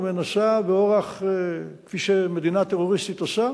ומנסה באורח כפי שמדינה טרוריסטית עושה